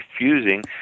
refusing